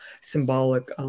symbolic